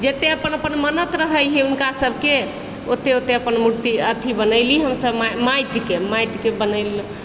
जतए अपन अपन मन्नत रहै हे हुनका सभकें ओते ओते अपन मूर्ति अथी बनेली हमसभ माटिके माटिके बनेली